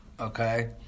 okay